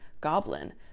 goblin